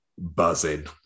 buzzing